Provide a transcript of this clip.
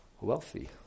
wealthy